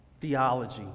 theology